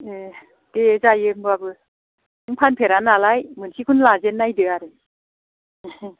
ए दे जायो होमब्लाबो नों फानफेरा नालाय मोनसेखौनो लाजेननायदो आरो